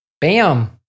Bam